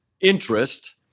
interest